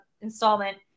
installment